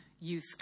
youth